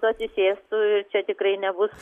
atsisėstų čia tikrai nebus